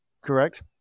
Correct